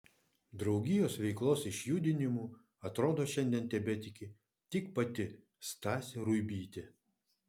draugijos veiklos išjudinimu atrodo šiandien tebetiki tik pati stasė ruibytė